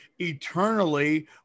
eternally